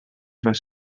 vas